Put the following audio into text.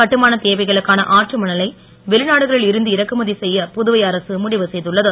கட்டுமானத் தேவைகளுக்கான ஆற்று மணலை வெளிநாடுகளில் இருந்து இறக்குமதி செய்ய புதுவை அரசு முடிவு செய்துள்ளது